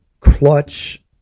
clutch